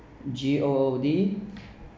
G O O D